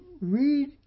read